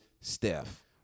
Steph